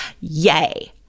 Yay